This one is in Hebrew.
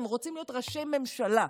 הם רוצים להיות ראשי ממשלה.